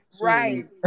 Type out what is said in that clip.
Right